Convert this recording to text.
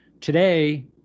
Today